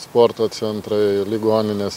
sporto centrai ligoninės